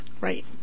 right